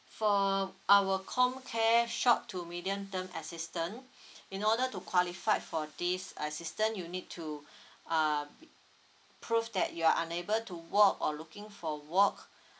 for our comcare short to medium term assistance in order to qualify for this assistance you need to uh prove that you're unable to work or looking for work